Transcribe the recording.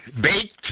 Baked